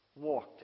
walked